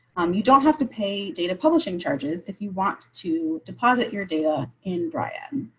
um you don't have to pay data publishing charges. if you want to deposit your data in brian